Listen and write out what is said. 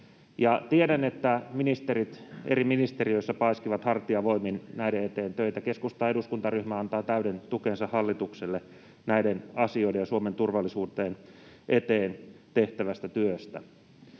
ministerit eri ministeriöissä paiskivat hartiavoimin näiden eteen töitä. Keskustan eduskuntaryhmä antaa täyden tukensa hallitukselle näiden asioiden ja Suomen turvallisuuden eteen tehtävästä työstä.